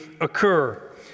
occur